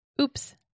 Oops